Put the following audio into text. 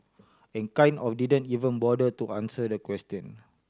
and kind of didn't even bother to answer the question